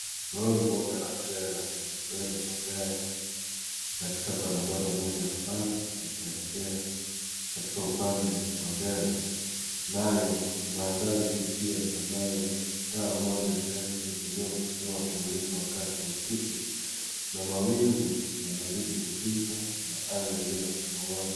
Gari moja la trela liemabeba magari katika barabara moja pana likielekea katika upande wa mbege . Nayo mandhari fifia ambayo taa moja mrefu iliyosimama kumulika wakati wa usiku , na mawingi yanaendelea kupita na anga iliyo ya samawati .